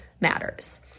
matters